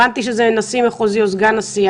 הבנתי שזה נשיא מחוזי או סגן נשיא.